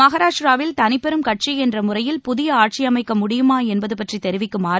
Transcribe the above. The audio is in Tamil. மகாராஷ்டிராவில் தனிப்பெரும் கட்சி என்ற முறையில் புதிய ஆட்சியமைக்க முடியுமா என்பது பற்றி தெரிவிக்குமாறு